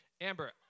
Amber